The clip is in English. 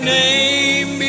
name